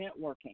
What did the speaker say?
networking